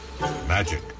Magic